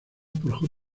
por